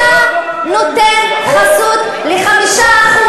אתה נותן חסות ל-5%,